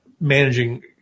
managing